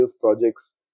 projects